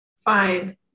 fine